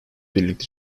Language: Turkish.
birlikte